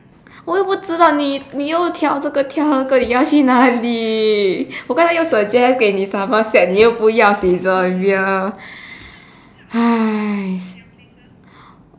我又不知道你你又挑这个挑那个你要去哪里我刚才又 suggest 给你 somerset 你又不要 Saizeraya